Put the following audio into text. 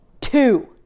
two